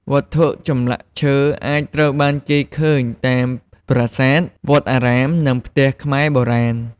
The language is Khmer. វត្ថុចម្លាក់ឈើអាចត្រូវបានគេឃើញ តាមប្រាសាទ វត្តអារាម និងផ្ទះខ្មែរបុរាណ។